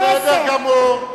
בסדר גמור.